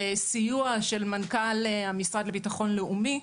בסיוע של מנכ"ל המשרד לביטחון לאומי,